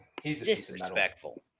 disrespectful